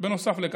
בנוסף לכך.